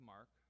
Mark